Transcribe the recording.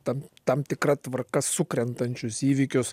tam tam tikra tvarka sukrentančius įvykius